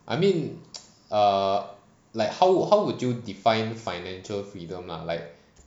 I mean err like how how would you define financial freedom lah